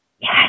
Yes